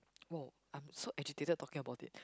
!woah! I'm so agitated talking about it